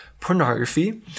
pornography